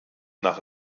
nach